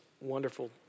wonderful